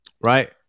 right